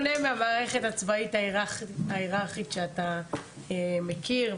מהמערכת הצבאית ההיררכית שאתה מכיר,